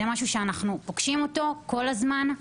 זה משהו שאנחנו פוגשים אותו כל הזמן,